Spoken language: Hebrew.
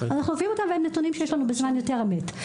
אנחנו מביאים אותם והם נתונים שיש לנו בזמן יותר אמת.